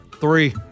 Three